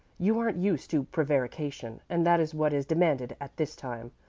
you aren't used to prevarication, and that is what is demanded at this time.